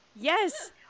Yes